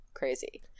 crazy